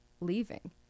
leaving